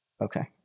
okay